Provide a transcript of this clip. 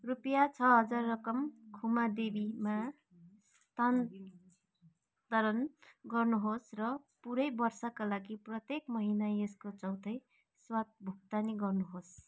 रुपियाँ छ हजार रकम खुमा देवीमा स्थानतरण गर्नुहोस् र पुरै वर्षका लागि प्रत्येक महिना यसको चौथाइ स्वतः भुक्तानी गर्नुहोस्